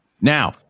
Now